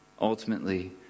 Ultimately